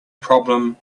problem